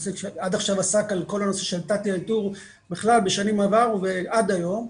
הנושא עד עכשיו עסק על כל הנושא של תת איתור בכלל בשנים עברו ועד היום.